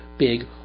Big